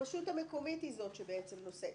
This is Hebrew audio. הרשות המקומית היא זאת שבעצם נושאת בזה.